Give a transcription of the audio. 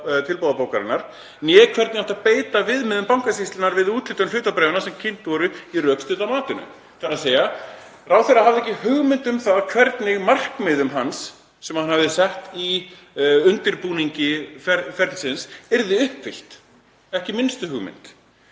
tilboðabókarinnar né hvernig átti að beita viðmiðum Bankasýslunnar við úthlutun hlutabréfanna sem kynnt voru í rökstudda matinu …“ Ráðherra hafði ekki hugmynd um það hvernig markmið hans, sem hann hafði sett í undirbúningi ferlisins, yrðu uppfyllt, ekki minnstu hugmynd.